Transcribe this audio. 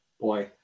boy